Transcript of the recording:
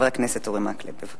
בבקשה.